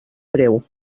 breu